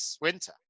Winter